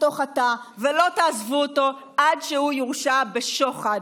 לתוך התא ולא תעזבו אותו עד שהוא יורשע בשוחד,